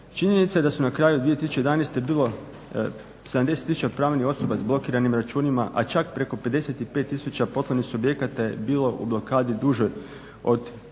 Činjenica je da je na kraju 2011. bilo 70 000 pravnih osoba s blokiranim računima, a čak preko 55 000 poslovnih subjekata je bilo u blokadi dužoj od 360